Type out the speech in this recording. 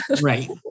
Right